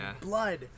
blood